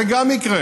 זה גם יקרה